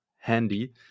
handy